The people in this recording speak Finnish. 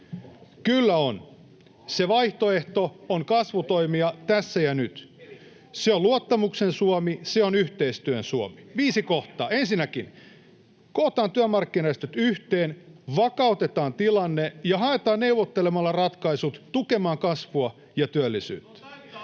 Kyllä on. Se vaihtoehto on kasvutoimia tässä ja nyt. Se on luottamuksen Suomi, se on yhteistyön Suomi. Viisi kohtaa: Ensinnäkin, kootaan työmarkkinajärjestöt yhteen, vakautetaan tilanne ja haetaan neuvottelemalla ratkaisut tukemaan kasvua ja työllisyyttä.